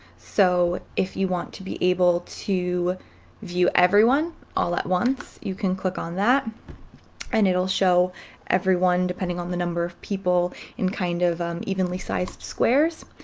so if you want to be able to view everyone all at once, you can click on that and it'll show everyone depending on the number of people in kind of evenly sized squares.